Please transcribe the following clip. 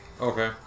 Okay